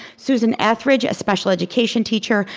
susan etheridge, a special education teacher,